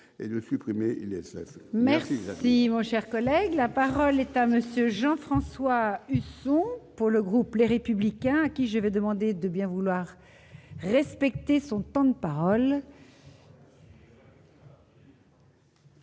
et le supprimer, il y a 16 merci. Il vaut cher collègue, la parole est à monsieur Jean-François Husson pour le groupe, les républicains qui j'vais demandé de bien vouloir respecter son temps de parole.